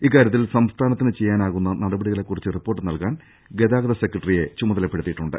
ഇക്കാര്യത്തിൽ സംസ്ഥാനത്തിന് ചെയ്യാനാകുന്ന നട പടികളെക്കുറിച്ച് റിപ്പോർട്ട് നൽകാൻ ഗതാഗത സെക്രട്ടറിയെ ചുമതലപ്പെടുത്തിയിട്ടുണ്ട്